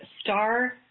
star